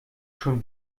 schon